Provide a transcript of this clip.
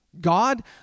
God